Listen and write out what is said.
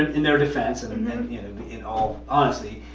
in their defense and and it all, honestly.